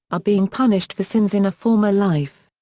are being punished for sins in a former life.